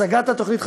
הצגת התוכנית,